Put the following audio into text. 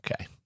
Okay